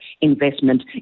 investment